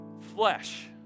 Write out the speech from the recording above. flesh